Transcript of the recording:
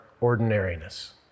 ordinariness